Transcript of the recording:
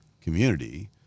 community